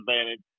advantage